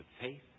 faith